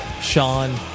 Sean